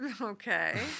Okay